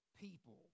people